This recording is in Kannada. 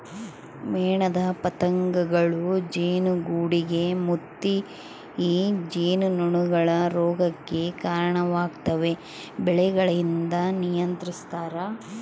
ಮೇಣದ ಪತಂಗಗಳೂ ಜೇನುಗೂಡುಗೆ ಮುತ್ತಿ ಜೇನುನೊಣಗಳ ರೋಗಕ್ಕೆ ಕರಣವಾಗ್ತವೆ ಬೆಳೆಗಳಿಂದ ನಿಯಂತ್ರಿಸ್ತರ